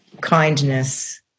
kindness